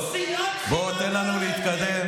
של דרך ארץ קדמה לתורה.